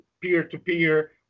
peer-to-peer